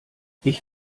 ich